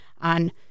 on